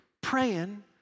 praying